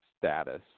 status